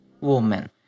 woman